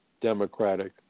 democratic